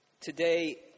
today